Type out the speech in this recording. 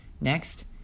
Next